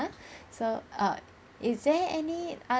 ~[ah] so err is there any oth~